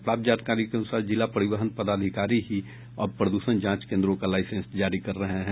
प्राप्त जानकारी के अनूसार जिला परिवहन पदाधिकारी ही अब प्रद्षण जांच केन्द्रों का लाईसेंस जारी कर रहे हैं